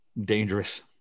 dangerous